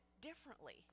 differently